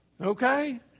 okay